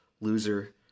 loser